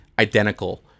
identical